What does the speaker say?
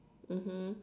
mmhmm